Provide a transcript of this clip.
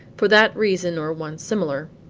for that reason or one similar.